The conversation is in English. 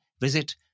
visit